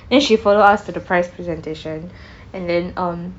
then she follow us to the prize presentation and then um